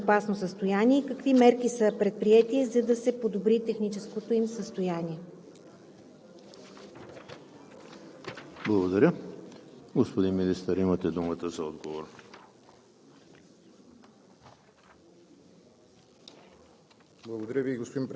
колко от язовирите е установено, че са били в аварийно или опасно състояние? Какви мерки са предприети, за да се подобри техническото им състояние? ПРЕДСЕДАТЕЛ ЕМИЛ ХРИСТОВ: Благодаря. Господин Министър, имате думата за отговор.